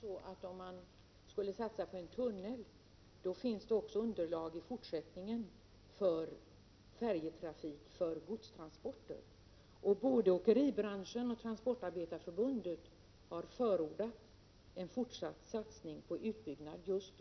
Fru talman! Om man nu skulle satsa på en tunnel, finns det faktiskt underlag också i fortsättningen för färjetrafik, inte minst när det gäller godstransporter. Både åkeribranschen och Transportarbetareförbundet har förordat en fortsatt satsning på utbyggnad av just